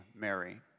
Mary